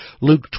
Luke